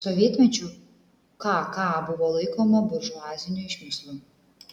sovietmečiu kk buvo laikoma buržuaziniu išmislu